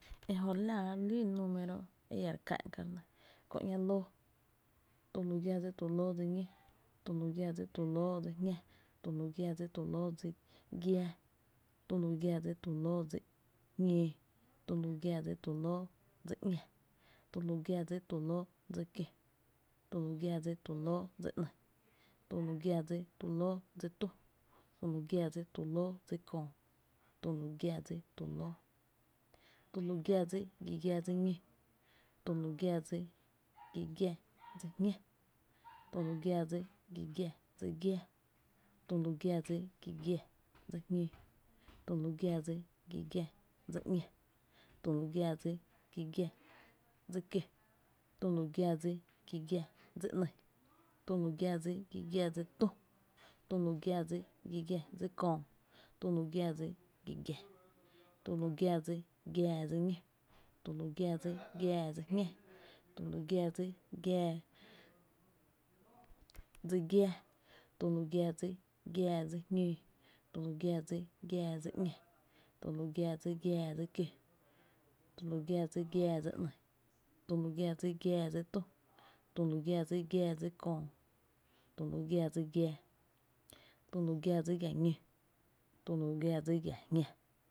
Ejö re láa re lún número e iá re ká’n ka’ re nɇ kö ‘ña lóó, tü lu gia dsi tu lóó dsi ñó, tü lu gia dsi tu lóó dsi jñá, tü lu gia dsi tu lóó dsi giⱥⱥ, tü lu gia dsi tu lóó dsi jñóó, tü lu gia dsi tu lóó dsi ‘ña, tü lu gia dsi tu lóó dsi kió, tü lu gia dsi tu lóó dsi ‘ny, tü lu gia dsi tu lóó dsi tü, tü lu gia dsi tu lóó dsi ‘köö, tü lu gia dsi tu lóó, tü lu gia dsi giⱥ giⱥ dsi ñó, tü lu gia dsi giⱥ giⱥ dsi jñá, tü lu gia dsi giⱥ giⱥ dsi giⱥⱥ, tü lu gia dsi giⱥ giⱥ dsi jñóó, tü lu gia dsi giⱥ giⱥ dsi ‘ña, tü lu gia dsi giⱥ giⱥ dsi kió, tü lu gia dsi giⱥ giⱥ dsi ‘ny, tü lu gia dsi giⱥ giⱥ dsi tü, tü lu gia dsi giⱥ giⱥ dsi köö, tü lu gia dsi giⱥ giⱥ, tü lu gia dsi giⱥⱥ dsi ñó, tü lu gia dsi giⱥⱥ dsi jñá, tü lu gia dsi giⱥⱥ dsi giⱥá tü lu gia dsi giⱥⱥ dsi jñóó, tü lu gia dsi giⱥⱥ dsi ‘ña, tü lu gia dsi giⱥⱥ dsi kió, tü lu gia dsi giⱥⱥ dsi ‘ny, tü lu gia dsi giⱥⱥ dsi tü, tü lu gia dsi giⱥⱥ dsi köö, tü lu gia dsi giⱥⱥ, tü lu gia dsi giⱥ ñó, tü lu gia dsi giⱥ jñá